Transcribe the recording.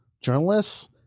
journalists